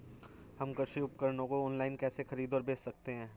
हम कृषि उपकरणों को ऑनलाइन कैसे खरीद और बेच सकते हैं?